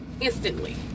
instantly